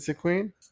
Queen